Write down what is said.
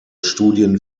studien